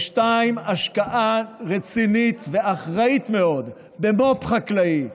2. השקעה רצינית ואחראית מאוד במו"פ חקלאי,